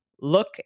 look